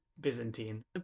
Byzantine